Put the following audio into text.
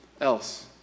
else